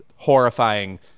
Horrifying